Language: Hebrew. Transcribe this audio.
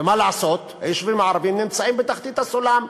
מה לעשות, היישובים הערביים נמצאים בתחתית הסולם,